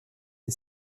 des